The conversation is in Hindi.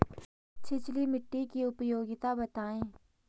छिछली मिट्टी की उपयोगिता बतायें?